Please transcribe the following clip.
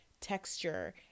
texture